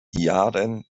yaren